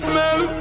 Smell